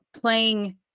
playing